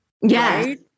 Yes